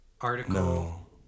article